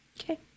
Okay